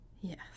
yes